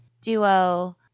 duo